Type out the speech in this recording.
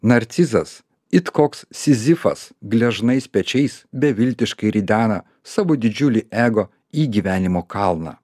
narcizas it koks sizifas gležnais pečiais beviltiškai ridena savo didžiulį ego į gyvenimo kalną